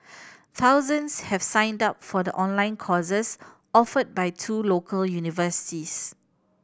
thousands have signed up for the online courses offered by two local universities